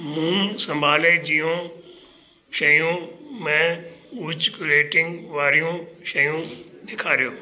मुंहुं संभालु जूं शयूं में उची रेटिंग वारियूं शयूं ॾेखारियो